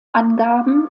angaben